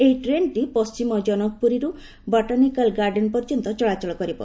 ଏହି ଟ୍ରେନ୍ଟି ପଣ୍ଟିମ ଜନକପୁରୀରୁ ବଟାନିକାଲ ଗାର୍ଡେନ ପର୍ଯ୍ୟନ୍ତ ଚଳାଚଳ କରିବ